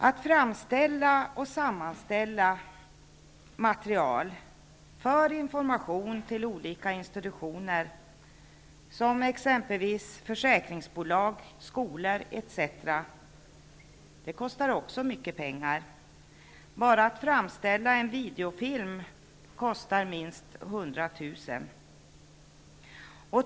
Att framställa och sammanställa material för information till olika institutioner som exempelvis försäkringsbolag, skolor, etc. kostar också mycket pengar. Bara att framställa en videofilm kostar minst 100 000 kr.